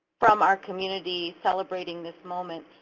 from our community celebrating this moment.